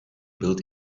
built